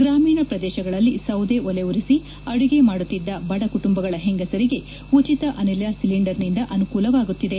ಗ್ರಾಮೀಣ ಪ್ರದೇಶಗಳಲ್ಲಿ ಸೌದೆ ಒಲೆಉರಿಸಿ ಅದುಗೆ ಮಾಡುತ್ತಿದ್ದ ಬದಕುಟುಂಬಗಳ ಹೆಂಗಸರಿಗೆ ಉಚಿತ ಅನಿಲ ಸಿಲಿಂಡರ್ನಿಂದ ಅನುಕೂಲವಾಗುತ್ತಿದೆ